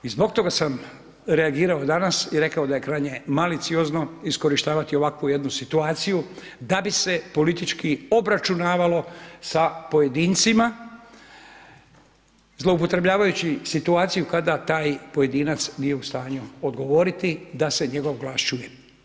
I zbog toga sam reagirao danas i rekao da je krajnje maliciozno iskorištava ovakvu jednu situaciju da bi se politički obračunavalo sa pojedincima zloupotrebljavajući situaciju kada taj pojedinac nije u stanju odgovoriti da se njegov glas čuje.